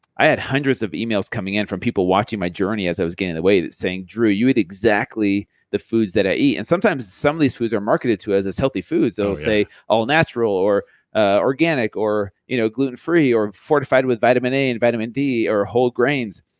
i had hundreds of emails coming from people watching my journey as i was gaining the weight saying drew, you eat exactly the foods that i eat. and sometimes some of these foods are marketed to as as healthy foods. they'll say all natural or ah organic or you know gluten free or fortified with vitamin a and vitamin d or whole grains.